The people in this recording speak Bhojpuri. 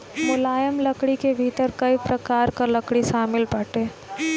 मुलायम लकड़ी के भीतर कई प्रकार कअ लकड़ी शामिल बाटे